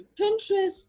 pinterest